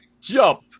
jump